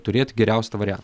turėti geriausią tą variantą